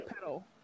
pedal